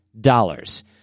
dollars